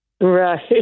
Right